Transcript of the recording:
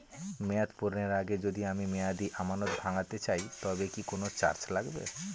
মেয়াদ পূর্ণের আগে যদি আমি মেয়াদি আমানত ভাঙাতে চাই তবে কি কোন চার্জ লাগবে?